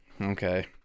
Okay